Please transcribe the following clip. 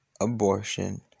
abortion